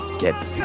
get